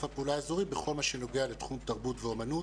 הפעולה האזורי בכל מה שנוגע לתחום תרבות ואומנות,